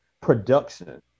production